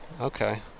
Okay